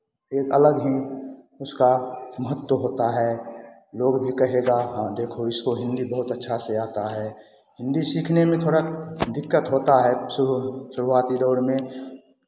एक अलग ही उसका महत्त्व होता है लोग भी कहेगा हाँ देखो इसको हिन्दी बहुत अच्छा से आता है हिन्दी सीखने में थोड़ा दिक्कत होता है शुरूआती दौर में